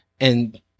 And-